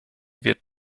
wird